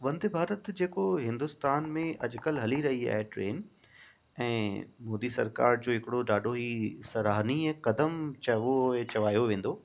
वंदे भारत जेको हिंदुस्तान में अॼु कल्ह हली रही आहे ट्रेन ऐं मोदी सरकार जो हिकिड़ो ॾाढो ई सराहनीय कदम चयो ऐं चवायो वेंदो